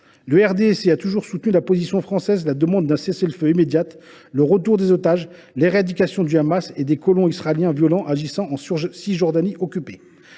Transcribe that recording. Le RDSE a toujours soutenu la position française : demande d’un cessez le feu immédiat, retour des otages et éradication du Hamas et des colons israéliens violents agissant en Cisjordanie occupée.